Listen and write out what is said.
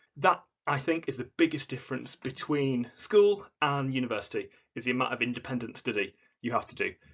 that, i think, is the biggest difference between school and university is the amount of independent study you have to do.